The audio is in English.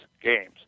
games